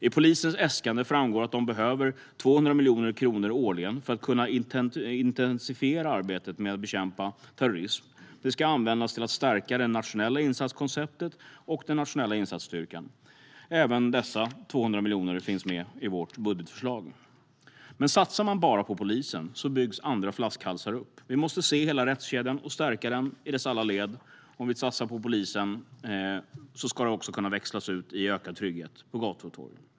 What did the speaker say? I polisens äskande framgår att de behöver 200 miljoner kronor årligen för att kunna intensifiera arbetet med att bekämpa terrorism. De ska användas till att stärka det nationella insatskonceptet och den nationella insatsstyrkan. Även dessa 200 miljoner finns med i vårt budgetförslag. Men satsar man bara på polisen byggs andra flaskhalsar upp. Vi måste se hela rättskedjan och stärka den i alla dess led. Om vi satsar på polisen ska det också kunna växlas ut i ökad trygghet på gator och torg.